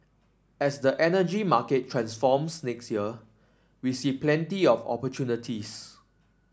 as the energy market transforms next year we see plenty of opportunities